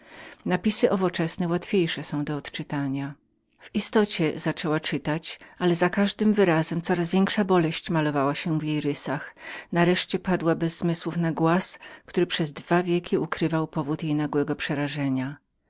napisy owoczesne łatwiejsze są do czytania w istocie zaczęła czytać ale za każdym wyrazem coraz większa boleść malowała się w jej rysach nareszcie padła bez zmysłów na głaz który przez dwa wieki ukrywał powód jej nagłego przerażenia